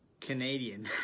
Canadian